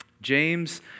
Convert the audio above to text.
James